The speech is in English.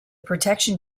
protection